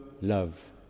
love